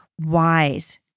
wise